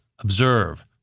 observe